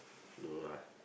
no lah